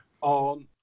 on